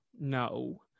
No